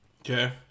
okay